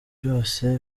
byose